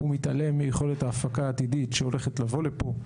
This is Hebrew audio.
הוא מתעלם מיכולת ההפקה העתידית שהולכת לבוא לפה.